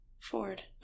Ford